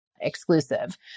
exclusive